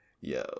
Yo